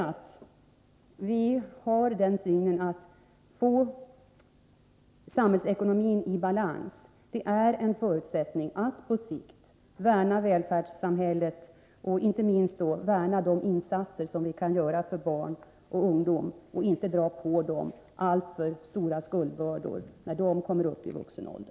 Att få samhällsekonomin i balans är nämligen, som vi ser det, en förutsättning för att vi på sikt skall kunna värna välfärdssamhället och garantera insatser för barn och ungdom. Dessutom innebär det att den uppväxande generationen inte dras på dessa alltför stora skuldbördor när de kommer upp i vuxen ålder.